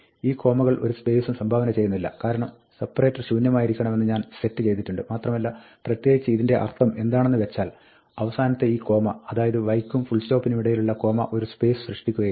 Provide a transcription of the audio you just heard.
ഈ കോമകൾ ഒരു സ്പേസും സംഭവന ചെയ്യുന്നില്ല കാരണം സെപറേറ്റർ ശൂന്യമായിരിക്കണമെന്ന് ഞാൻ സെറ്റ് ചെയ്തിട്ടുണ്ട് മാത്രമല്ല പ്രത്യേകിച്ച് ഇതിന്റെ അർത്ഥം എന്താണെന്ന് വെച്ചാൽ അവസാനത്തെ ഈ കോമ അതായത് y ക്കും ഫുൾസ്റ്റോപ്പിനുമിടയിലുള്ള കോമ ഒരു സ്പേസ് സൃഷ്ടിക്കകയില്ല